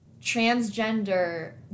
Transgender